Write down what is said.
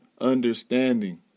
understanding